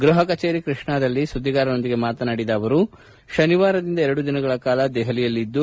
ಗೃಹ ಕಚೇರಿ ಕೃಷ್ಣದಲ್ಲಿ ಸುದ್ದಿಗಾರರೊಂದಿಗೆ ಮಾತನಾಡಿದ ಅವರು ಶನಿವಾರದಿಂದ ಎರಡು ದಿನಗಳ ಕಾಲ ದೆಹಲಿಯಲ್ಲಿದ್ದು